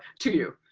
to you,